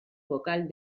vocal